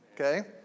okay